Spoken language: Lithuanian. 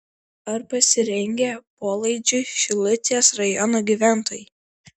ar pasirengę polaidžiui šilutės rajono gyventojai